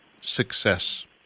success